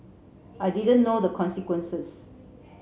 I didn't know the consequences